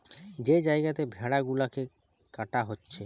যে জাগাতে ভেড়া গুলাকে কাটা হচ্ছে